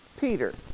Peter